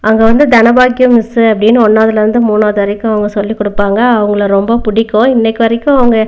அங்கே வந்து தனபாக்கியம் மிஸ்ஸு அப்படினு ஒன்னாவதில் இருந்து மூணாவது வரைக்கும் அவங்க சொல்லி கொடுப்பாங்க அவங்களை ரொம்ப பிடிக்கும் இன்னைக்கு வரைக்கும் அவங்க